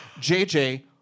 JJ